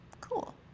Cool